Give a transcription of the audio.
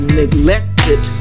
neglected